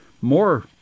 More